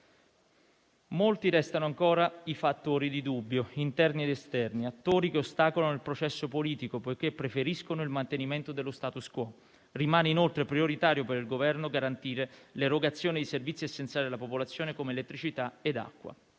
Molti restano ancora i fattori di dubbio interni ed esterni; attori che ostacolano il processo politico poiché preferiscono il mantenimento dello *status quo*. Rimane inoltre prioritario per il Governo garantire l'erogazione dei servizi essenziali alla popolazione come elettricità ed acqua.